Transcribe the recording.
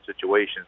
situations